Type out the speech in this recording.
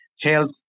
health